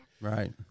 right